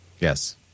Yes